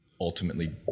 ultimately